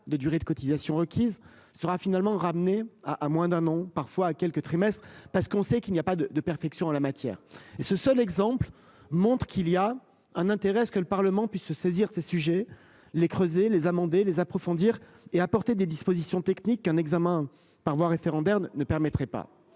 de durée de cotisation requise sera finalement ramené à à moins d'un an parfois à quelques trimestres parce qu'on sait qu'il n'y a pas de de perfection en la matière et ce seul exemple montre qu'il y a un intérêt à ce que le Parlement puisse se saisir ces sujets les creuser les amender les approfondir et des dispositions techniques qu'un examen par voie référendaire ne permettrait pas.